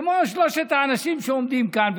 כמו שלושת האנשים שעומדים כאן,